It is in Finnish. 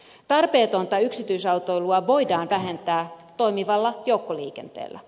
tarpeetonta yksityisautoilua voidaan vähentää toimivalla joukkoliikenteellä